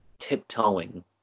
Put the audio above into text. tiptoeing